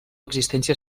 existència